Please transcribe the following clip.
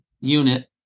unit